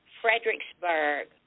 Fredericksburg